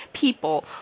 people